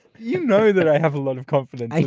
you know that i have a lot of confidence.